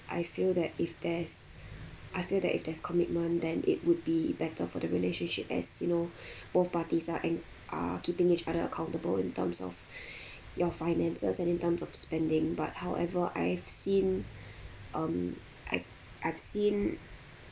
I feel that if there's I feel that if there's commitment then it would be better for the relationship as you know both parties are and are keeping each other accountable in terms of your finances and in terms of spending but however I've seen um I've I've seen